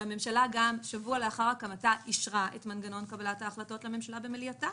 הממשלה שבוע לאחר הקמתה אישרה את מנגנון קבלת ההחלטות לממשלה במליאתה,